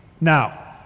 Now